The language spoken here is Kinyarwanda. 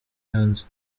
hanze